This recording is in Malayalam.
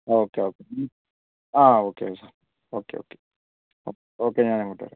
ഓക്കെ ഓക്കെ ആ ആ ഓക്കെ ശരി ഓക്കെ ഓക്കെ ഓക്കെ ഞാൻ അങ്ങോട്ട് വരാം